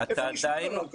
איפה נשמע דבר כזה?